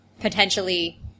potentially